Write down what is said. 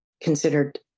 considered